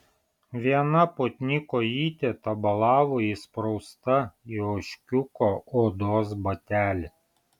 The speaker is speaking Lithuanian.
viena putni kojytė tabalavo įsprausta į ožkiuko odos batelį